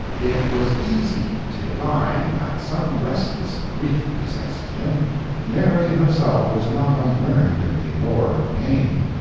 it was easy to divine that some restless grief possessed him mary herself was not unlearned in the lore of pain.